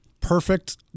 Perfect